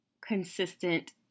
consistent